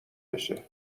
بشه